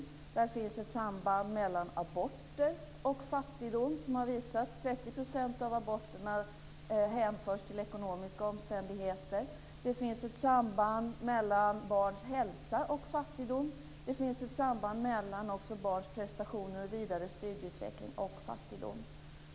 Det har visat sig att det finns ett samband mellan aborter och fattigdom. 30 % av aborterna hänförs till ekonomiska omständigheter. Det finns ett samband mellan barns hälsa och fattigdom. Det finns också ett samband mellan barns prestationer och vidare studieutveckling och fattigdom.